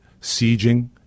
sieging